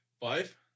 Five